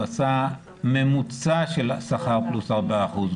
עשה ממוצע של השכר פלוס ארבעה אחוזים.